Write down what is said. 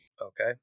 Okay